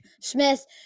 Smith